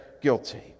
guilty